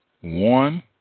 One